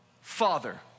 Father